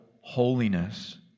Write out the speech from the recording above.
holiness